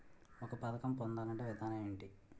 ఒక పథకం పొందాలంటే విధానం ఏంటి?